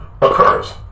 occurs